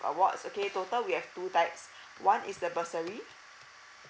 awards okay total we have two types one is the bursary